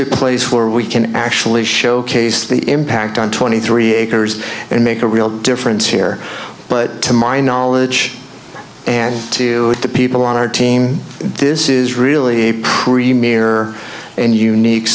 a place where we can actually showcase the impact on twenty three acres and make a real difference here but to my knowledge and to the people on our team this is really a premier and unique